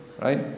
right